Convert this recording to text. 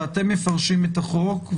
ואתם מפרשים את החוק,